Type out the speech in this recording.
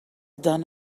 done